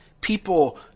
people